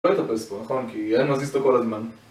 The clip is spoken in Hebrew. לא תופס פה, נכון.כי יאיר מזיז אותו כל הזמן.